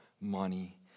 money